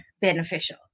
beneficial